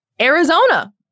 Arizona